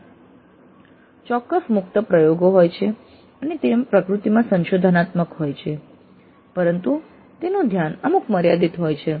મોટે ભાગે ચોક્કસ મુક્ત પ્રયોગો હોય છે અને તેઓ પ્રકૃતિમાં સંશોધનાત્મક હોય છે પરંતુ તેમનું ધ્યાન અમુક મર્યાદિત હોય છે